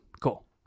cool